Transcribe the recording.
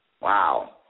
Wow